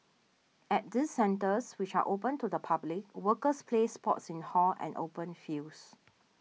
at these centres which are open to the public workers play sports in halls and open fields